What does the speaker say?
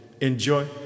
enjoy